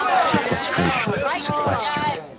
sequestration. sequestered,